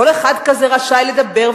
כל אחד כזה רשאי לדבר,